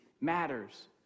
matters